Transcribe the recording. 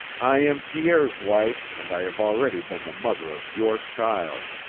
i am pierre's wife and i have already been the mother of your child.